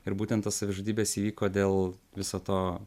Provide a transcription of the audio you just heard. ir būtent tos savižudybės įvyko dėl viso to